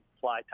fly